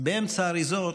באמצע האריזות